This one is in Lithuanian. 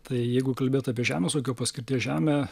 tai jeigu kalbėt apie žemės ūkio paskirties žemę